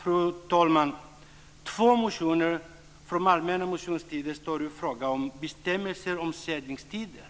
Fru talman! I två motioner från den allmänna motionstiden tar man upp frågan om "bestämmelserna om sändningstider".